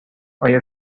آیا